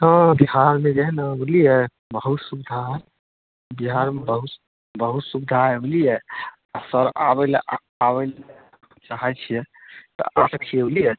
हँ बिहारमे जे हइ ने बुझलिए बहुत सुविधा हइ बिहारमे बहुत बहुत सुविधा हइ बुझलिए सर आबैलए आबैलए चाहै छिए तऽ अहाँ अबिऔ